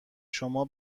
شما